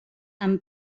amb